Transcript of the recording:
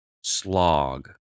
slog